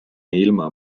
ilma